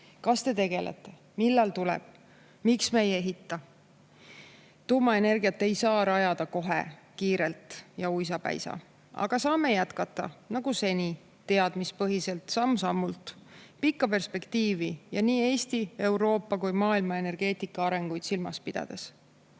kas te tegelete sellega, millal [jaam] tuleb, miks me ei ehita? Tuuma[jaama] ei saa rajada kohe kiirelt ja uisapäisa, aga saame jätkata nagu seni teadmispõhiselt, samm-sammult ning pikka perspektiivi ja nii Eesti, Euroopa kui ka maailma energeetika arengut silmas pidades.